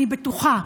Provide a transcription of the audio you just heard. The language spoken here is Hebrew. אני בטוחה,